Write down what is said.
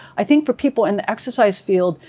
i think for people in the exercise field,